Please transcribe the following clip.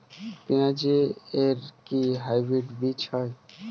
পেঁয়াজ এর কি হাইব্রিড বীজ হয়?